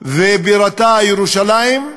ובירתה ירושלים,